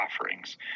offerings